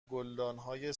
گلدانهای